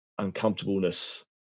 uncomfortableness